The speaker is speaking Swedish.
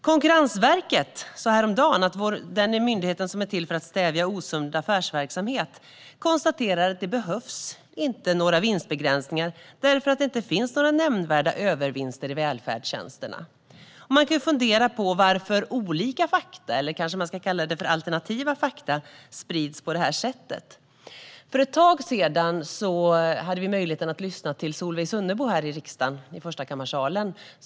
Konkurrensverket, den myndighet som är till för att stävja osund affärsverksamhet, konstaterade häromdagen att det inte behövs några vinstbegränsningar eftersom det inte finns några nämnvärda övervinster i välfärdstjänsterna. Man kan fundera på varför olika fakta - eller ska man kanske kalla det för alternativa fakta - sprids på det här sättet. För ett tag sedan hade vi möjlighet att lyssna till Solveig Sunnebo i riksdagens förstakammarsal.